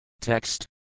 Text